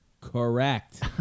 Correct